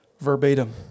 verbatim